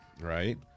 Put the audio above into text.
right